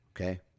Okay